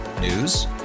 News